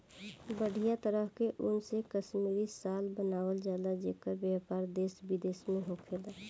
बढ़िया तरह के ऊन से कश्मीरी शाल बनावल जला जेकर व्यापार देश विदेश में होखेला